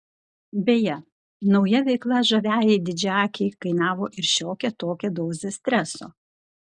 beje nauja veikla žaviajai didžiaakei kainavo ir šiokią tokią dozę streso